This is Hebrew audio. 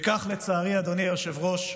וכך, לצערי, אדוני היושב-ראש,